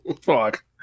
Fuck